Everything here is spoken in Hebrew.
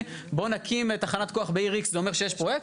בוא נקים תחנת כוח בעיר X זה אומר שיש פרויקט?